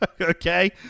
Okay